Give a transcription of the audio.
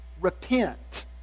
repent